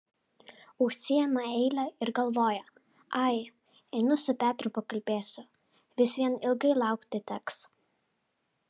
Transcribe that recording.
užsiima eilę ir galvoja ai einu su petru pakalbėsiu vis vien ilgai laukti teks